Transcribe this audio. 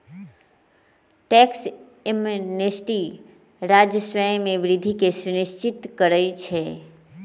tax amnesty राजस्व में वृद्धि के सुनिश्चित करइ छै